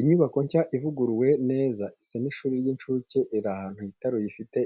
Inyubako nshya ivuguruwe neza, isa n’ishuri ry'incuke iri ahantu hitaruye Ifite